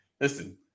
listen